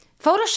photoshop